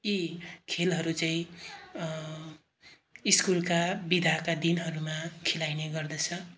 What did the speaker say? यी खेलहरू चाहिँ स्कुलका विदाका दिनहरूमा खेलाइने गर्दछ